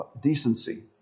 decency